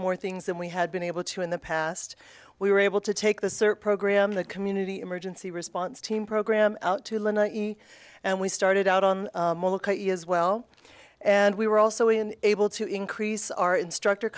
more things than we had been able to in the past we were able to take the search program the community emergency response team program out to illinois and we started out on as well and we were also in able to increase our instructor